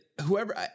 whoever